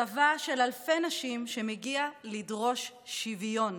צבא של אלפי נשים שמגיע לדרוש שוויון,